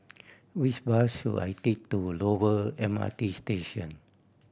which bus should I take to Dover M R T Station